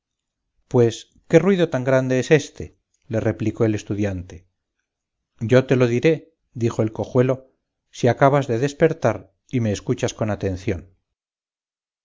pues qué ruido tan grande es éste le replicó el estudiante yo te lo diré dijo el cojuelo si acabas de despertar y me escuchas con atención